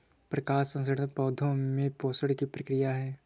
प्रकाश संश्लेषण पौधे में पोषण की प्रक्रिया है